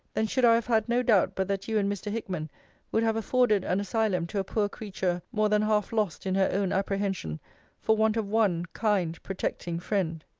then should i have had no doubt but that you and mr. hickman would have afforded an asylum to a poor creature more than half lost in her own apprehension for want of one kind protecting friend!